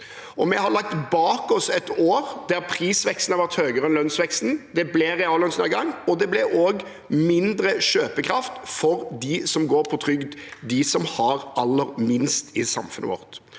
Vi har lagt bak oss et år der prisveksten har vært høyere enn lønnsveksten. Det ble reallønnsnedgang, og det ble også mindre kjøpekraft for dem som går på trygd, for dem som har aller minst i samfunnet vårt.